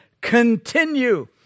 continue